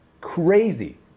Crazy